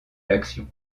l’action